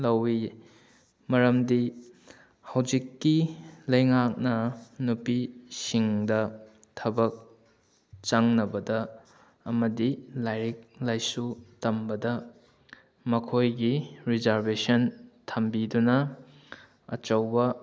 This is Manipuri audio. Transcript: ꯂꯧꯏ ꯃꯔꯝꯗꯤ ꯍꯧꯖꯤꯛꯀꯤ ꯂꯩꯉꯥꯛꯅ ꯅꯨꯄꯤꯁꯤꯡꯗ ꯊꯕꯛ ꯆꯪꯅꯕꯗ ꯑꯃꯗꯤ ꯂꯥꯏꯔꯤꯛ ꯂꯥꯏꯁꯨ ꯇꯝꯕꯗ ꯃꯈꯣꯏꯒꯤ ꯔꯤꯖꯥꯔꯕꯦꯁꯟ ꯊꯝꯕꯤꯗꯨꯅ ꯑꯆꯧꯕ